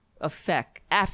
effect